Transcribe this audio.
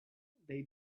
they